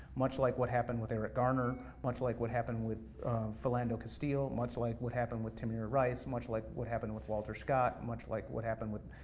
much like what happened with eric gardner, much like what happened with philando castil, much like what happened with tamir rice, much like what happened with walter scott, much like what happened with